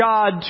God